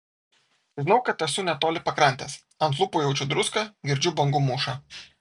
žinau kad esu netoli pakrantės ant lūpų jaučiu druską girdžiu bangų mūšą